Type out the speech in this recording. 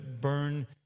burn